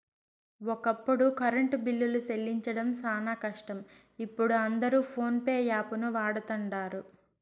ఒకప్పుడు కరెంటు బిల్లులు సెల్లించడం శానా కష్టం, ఇపుడు అందరు పోన్పే యాపును వాడతండారు